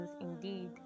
indeed